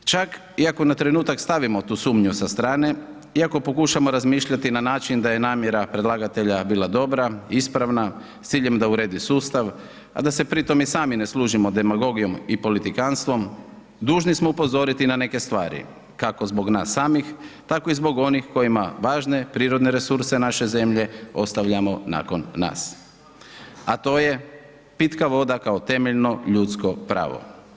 Čak iako na trenutak stavimo tu sumnju sa strane, i ako pokušamo razmišljati na način da je namjera predlagatelja bila dobra, ispravna, s ciljem da uredi sustav a da se pri tome i sami ne služimo demagogijom i politikanstvom dužni smo upozoriti na neke stvari kako zbog nas samih, tako i zbog onih kojima važne, prirodne resurse naše zemlje ostavljamo nakon nas a to je pitka voda kao temeljno ljudsko pravo.